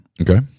Okay